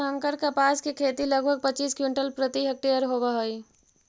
संकर कपास के खेती लगभग पच्चीस क्विंटल प्रति हेक्टेयर होवऽ हई